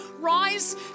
Rise